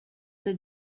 the